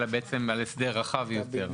אלא על הסדר רחב יותר.